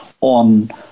on